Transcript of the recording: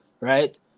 right